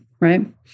right